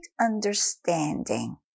understanding